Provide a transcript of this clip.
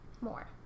more